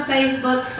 Facebook